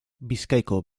bizkaiko